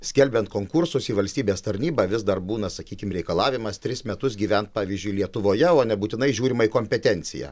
skelbiant konkursus į valstybės tarnybą vis dar būna sakykim reikalavimas tris metus gyven pavyzdžiui lietuvoje o nebūtinai žiūrima į kompetenciją